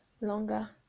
longer